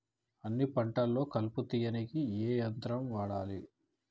అన్ని పంటలలో కలుపు తీయనీకి ఏ యంత్రాన్ని వాడాలే?